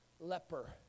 leper